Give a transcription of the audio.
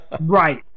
Right